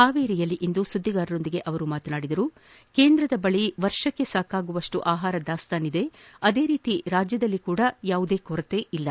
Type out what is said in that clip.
ಪಾವೇರಿಯಲ್ಲಿಂದು ಸುದ್ದಿಗಾರರೊಂದಿಗೆ ಮಾತನಾಡಿದ ಅವರು ಕೇಂದ್ರದ ಬಳಿ ವರ್ಷಕ್ಕೆ ಸಾಕಾಗುವಷ್ಟು ಆಹಾರ ದಾಸ್ತಾನು ಇದ್ದು ಅದೇ ರೀತಿ ರಾಜ್ಯದಲ್ಲೂ ಕೊರತೆ ಇಲ್ಲ